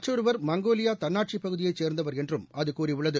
மற்றொருவர் மங்கோலியா தன்னாட்சி பகுதியை சேர்ந்தவர் என்றும் அது கூறியுள்ளது